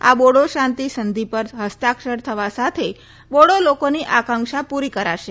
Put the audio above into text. આ બોડી શાંતિ સંધિ પર હસ્તાક્ષર થવા સાથે બોડી લોકોની આકાંક્ષા પૂરી કરાશે